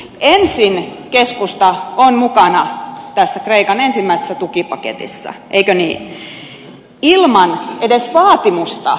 ensin keskusta on mukana tässä kreikan ensimmäisessä tukipaketissa eikö niin ilman edes vaatimusta vakuuksista